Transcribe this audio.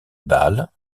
bâle